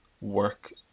work